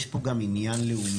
יש פה גם עניין לאומי,